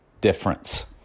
difference